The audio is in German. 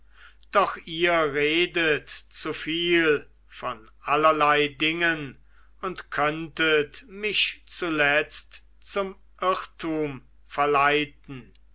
doch ihr redet zu viel von allerlei dingen und könntet mich zuletzt zum irrtum verleiten